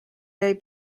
jäi